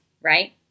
right